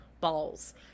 balls